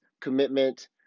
commitment